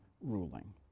ruling